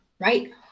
right